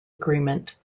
agreement